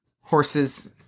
Horses